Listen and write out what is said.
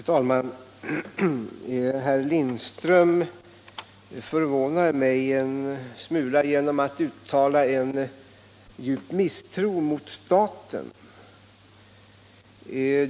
Herr talman! Herr Lindström förvånar mig en smula genom att uttala djup misstro mot staten.